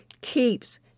keeps